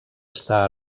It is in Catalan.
està